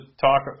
talk